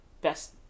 best